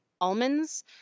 almonds